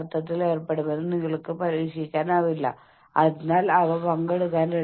അതിനാൽ ഈ കാര്യങ്ങളെല്ലാം ഓർഗനൈസേഷൻ വിടാനുള്ള വർദ്ധിച്ചുവരുന്ന ഉദ്ദേശത്തിലേക്ക് നയിക്കും